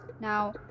Now